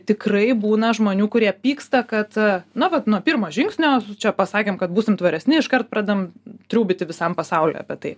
tikrai būna žmonių kurie pyksta kad na vat nuo pirmo žingsnio čia pasakėm kad būsim tvaresni iškart pradedam triūbyti visam pasauliui apie tai